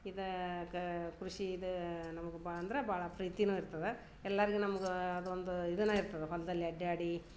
ಇದಾಗ ಕೃಷೀದು ಅಂದ್ರೆ ಭಾಳ ಪ್ರೀತಿಯೂ ಇರ್ತದೆ ಎಲ್ಲರಿಗೆ ನಮ್ಗೆ ಅದೊಂದು ಇದುನ್ನ ಇರ್ತದೆ ಹೊಲದಲ್ಲಿ ಅಡ್ಡಾಡಿ